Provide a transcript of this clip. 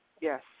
Yes